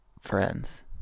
friends